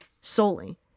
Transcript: solely